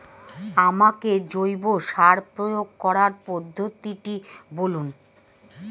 আমাকে জৈব সার প্রয়োগ করার পদ্ধতিটি বলুন?